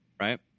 Right